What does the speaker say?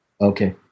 okay